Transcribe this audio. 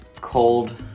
cold